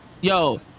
yo